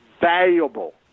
valuable